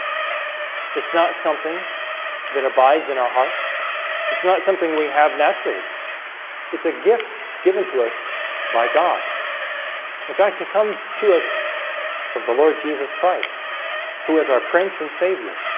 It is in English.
it's not something that abides in our hearts it's not something we have naturally it's a gift given to us by god in fact, it comes to us from the lord jesus christ who is our prince and savior